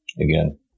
again